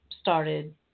started